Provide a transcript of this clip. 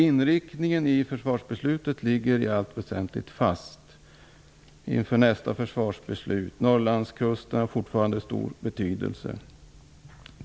Inriktningen i försvarsbeslutet ligger i allt väsentligt fast inför nästa försvarsbeslut. Norrlandskusten har fortfarande stor betydelse.